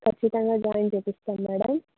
కచ్చితంగా జాయిన్ చూపిస్తాం మ్యాడం